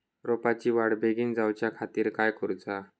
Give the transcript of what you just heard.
रोपाची वाढ बिगीन जाऊच्या खातीर काय करुचा?